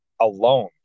alone